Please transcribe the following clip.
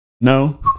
No